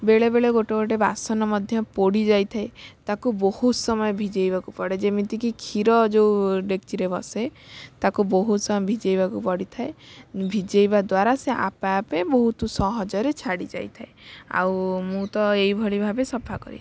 ବେଳେବେଳେ ଗୋଟେ ଗୋଟେ ବାସନ ମଧ୍ୟ ପୋଡ଼ିଯାଇଥାଏ ତାକୁ ବହୁତ ସମୟ ଭିଜେଇବାକୁ ପଡ଼େ ଯେମିତିକି କ୍ଷୀର ଯେଉଁ ଡ଼େକଚିରେ ବସେ ତାକୁ ବହୁତ ସମୟ ଭିଜେଇବାକୁ ପଡ଼ିଥାଏ ଭିଜେଇବା ଦ୍ଵାରା ସେ ଆପେଆପେ ବହୁତ ସହଜରେ ଛାଡ଼ିଯାଇଥାଏ ଆଉ ମୁଁ ତ ଏଇଭଳି ଭାବେ ସଫା କରେ